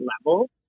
level